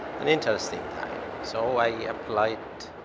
an interesting time. so i applied